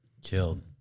Killed